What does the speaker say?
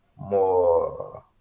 more